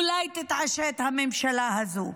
אולי הממשלה הזאת תתעשת.